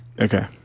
Okay